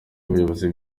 ubuyobozi